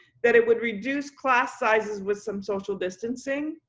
that it would reduce class sizes with some social distancing,